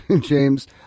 James